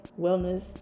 wellness